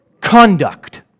conduct